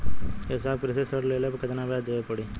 ए साहब कृषि ऋण लेहले पर कितना ब्याज देवे पणी?